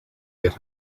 get